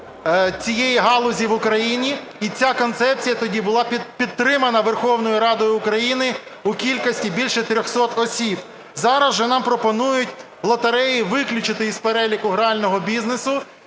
цієї галузі в Україні, і ця концепція тоді була підтримана Верховною Радою України у кількості більше 300 осіб. Зараз же нам пропонують лотереї виключити із переліку грального бізнесу.